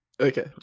Okay